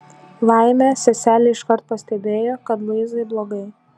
laimė seselė iškart pastebėjo kad luizai blogai